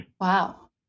Wow